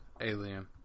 alien